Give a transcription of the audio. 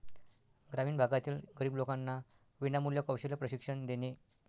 ग्रामीण भागातील गरीब लोकांना विनामूल्य कौशल्य प्रशिक्षण देणे